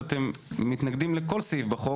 אז אתם מתנגדים לכל סעיף בחוק.